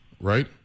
right